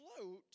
float